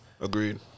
Agreed